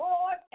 Lord